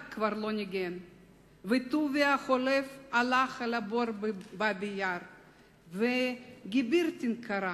כבר לא ניגן./ וטוביה החולב הלך אל הבור בבאבי-יאר./ וגעבירטיג קרא: